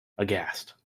aghast